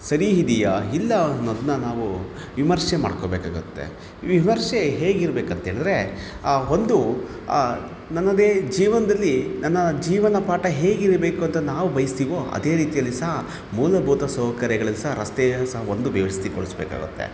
ಸರಿ ಇದೀಯಾ ಇಲ್ಲ ಅನ್ನೋದನ್ನ ನಾವು ವಿಮರ್ಶೆ ಮಾಡಿಕೋಬೇಕಾಗತ್ತೆ ಈ ವಿಮರ್ಶೆ ಹೇಗಿರಬೇಕಂತೇಳದ್ರೆ ಆ ಒಂದು ನನ್ನದೇ ಜೀವನದಲ್ಲಿ ನನ್ನ ಜೀವನ ಪಾಠ ಹೇಗಿರಬೇಕು ಅಂತ ನಾವು ಬಯಸ್ತಿವೋ ಅದೇ ರೀತಿಯಲ್ಲಿ ಸಹ ಮೂಲಭೂತ ಸೌಕರ್ಯಗಳಲ್ಲಿ ಸಹ ರಸ್ತೆ ಸಹ ಒಂದು ವ್ಯವಸ್ಥೆಗೊಳಿಸಬೇಕಾಗತ್ತೆ